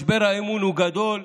משבר האמון הוא גדול.